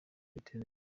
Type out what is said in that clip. supt